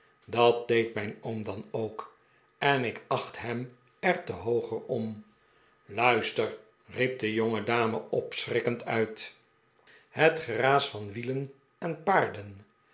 dat deed mijn oom dan ook en ik acht hem er te hooger om luister riep de jongedame opschrikkend uit het geraas van wielen en paarden